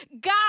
god